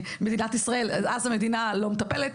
מדינת ישראל; אז המדינה לא מטפלת,